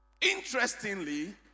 Interestingly